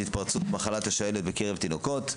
התפרצות מחלת השעלת בקרב תינוקות.